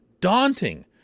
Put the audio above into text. daunting